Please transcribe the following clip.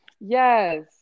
Yes